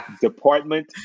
Department